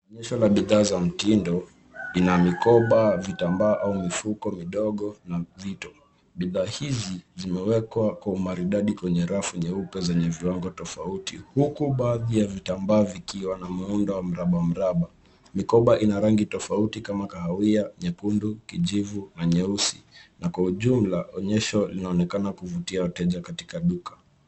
Onyesho la bidhaa za mtindo ina mikoba, vitambaa au mifuko midogo na vito. Bidhaa hizi zimewekwa kwa umaridadi kwenye rafu nyeupe zenye viwango tofauti. Huku baadhi ya vitambaa vikiwa na muundo wa mraba mraba. Mikoba ina rangi tofauti kama kahawia, nyekundu, kijivu na nyeusi na kwa ujumla onyesho linaonekana kuvutia wateja katika duka.